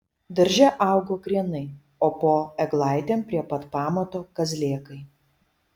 darže augo krienai o po eglaitėm prie pat pamato kazlėkai